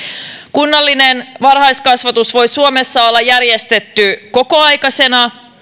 kunnallinen varhaiskasvatus voi suomessa olla järjestetty kokoaikaisena